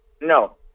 No